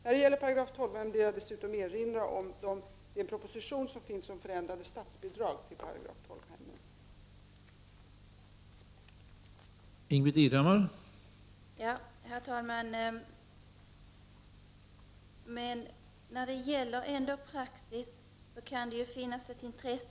När det gäller § 12-hemmen vill jag dessutom erinra om den proposition som finns om förändrade statsbidrag till dessa hem.